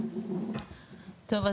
טוב,